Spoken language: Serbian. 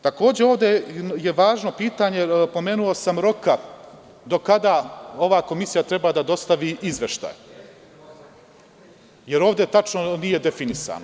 Takođe, ovde je važno pitanje, pomenuo sam roka do kada ova komisija treba da dostavi izveštaj, jer ovde nije tačno definisano.